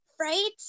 Right